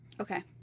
Okay